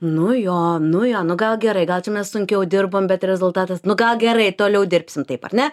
nu jo nu jo nu gal gerai gal čia mes sunkiau dirbom bet rezultatas nu gal gerai toliau dirbsim taip ar ne